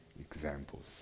examples